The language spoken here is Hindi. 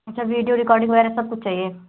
अच्छा वीडियो रिकॉर्डिंग वग़ैरह सब कुछ चाहिए